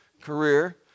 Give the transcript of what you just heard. career